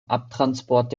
abtransport